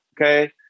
okay